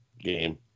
game